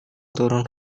turun